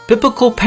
Biblical